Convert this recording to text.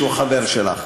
שהוא חבר שלך,